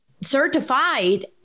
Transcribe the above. certified